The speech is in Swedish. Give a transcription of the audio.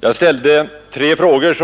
Jag ställde tre frågor